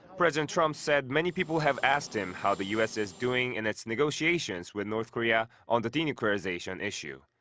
president trump said many people have asked him how the u s. is doing in its negotiations with north korea on the denuclearization issue.